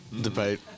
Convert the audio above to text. debate